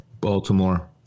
Baltimore